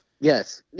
Yes